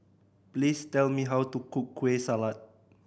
please tell me how to cook Kueh Salat